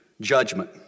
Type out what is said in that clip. Judgment